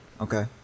okay